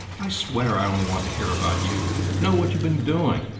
i swear i only want to hear about you, to know what you've been doing.